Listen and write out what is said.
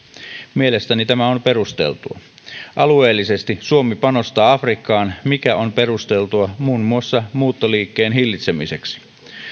mielestäni tämä on perusteltua alueellisesti suomi panostaa afrikkaan mikä on perusteltua muun muassa muuttoliikkeen hillitsemiseksi